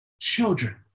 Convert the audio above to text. Children